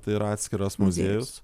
tai yra atskiras muziejus